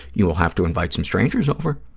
you'll have to invite some strangers over,